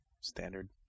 standard